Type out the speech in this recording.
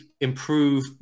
improve